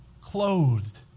Clothed